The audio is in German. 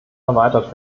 erweitert